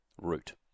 Root